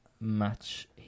match